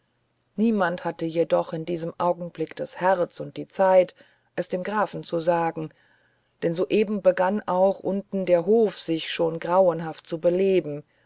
niemand hatte jedoch in diesem augenblick das herz und die zeit es dem grafen zu sagen denn soeben begann auch unten der hof sich schon grauenhaft zu beleben